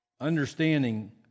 understanding